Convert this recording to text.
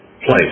place